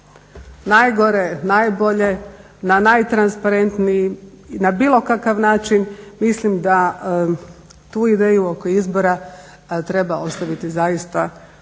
Najgore, najbolje, na najtransparentniji i na bilo kakav način, mislim da tu ideju oko izbora treba ostaviti zaista